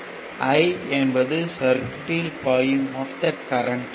I என்பது சர்க்யூட்யில் பாயும் மொத்த கரண்ட் ஆகும்